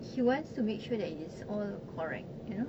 he wants to make sure that it's all correct you know